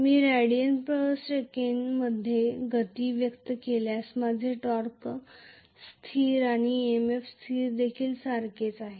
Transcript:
मी rads मध्ये गती व्यक्त केल्यास माझे टॉर्क स्थिर आणि ईएमएफ स्थिर देखील एकसारखेच आहेत